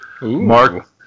Mark